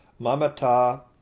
Mamata